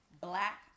Black